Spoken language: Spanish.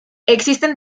existen